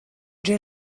جـر